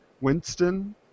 Winston